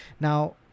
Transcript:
Now